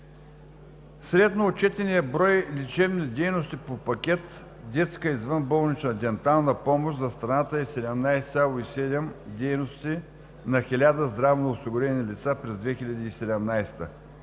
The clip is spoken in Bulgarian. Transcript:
Средно отчетеният брой лечебни дейности по пакет „Детска извънболнична дентална помощ“ за страната е 17,7 дейности на 1000 здравноосигурени лица през 2017